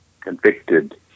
convicted